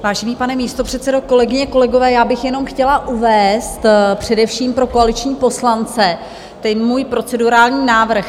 Vážený pane předsedající, kolegyně, kolegové, já bych jenom chtěla uvést především pro koaliční poslance ten můj procedurální návrh.